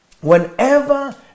whenever